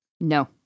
No